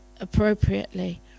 appropriately